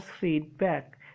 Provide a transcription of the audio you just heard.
feedback